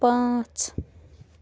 پانٛژ